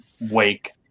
wake